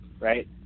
right